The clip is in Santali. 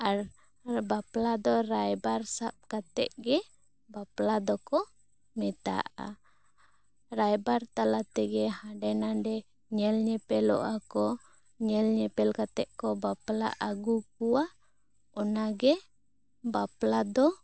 ᱟᱨ ᱵᱟᱯᱞᱟ ᱫᱚ ᱨᱟᱭᱵᱟᱨ ᱥᱟᱵ ᱠᱟᱛᱮ ᱜᱮ ᱵᱟᱯᱞᱟ ᱫᱚᱠᱚ ᱢᱮᱛᱟᱜᱼᱟ ᱨᱟᱭᱵᱟᱨ ᱛᱟᱞᱟ ᱛᱮᱜᱮ ᱦᱟᱸᱰᱮ ᱱᱷᱟᱸᱰᱮ ᱧᱮᱞ ᱧᱮᱯᱮᱞᱚᱜᱼᱟ ᱠᱚ ᱧᱮᱞ ᱧᱮᱯᱮᱞ ᱠᱟᱛᱮ ᱠᱚ ᱵᱟᱯᱞᱟ ᱟᱹᱜᱩ ᱠᱚᱣᱟ ᱚᱱᱟ ᱜᱮ ᱵᱟᱯᱞᱟ ᱫᱚ